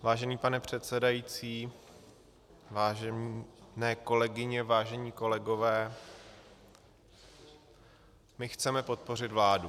Vážený pane předsedající, vážené kolegyně, vážení kolegové, my chceme podpořit vládu.